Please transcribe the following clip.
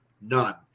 none